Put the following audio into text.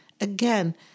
Again